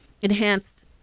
enhanced